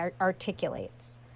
articulates